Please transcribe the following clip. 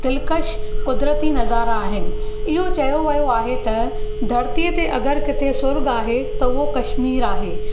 दिलिकश क़ुदरती नज़ारा आहिनि इहो चयो वियो आहे त धरती ते अगरि किथे सुर्ॻु आहे त उहो कश्मीर आहे